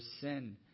sin